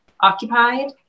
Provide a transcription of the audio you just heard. occupied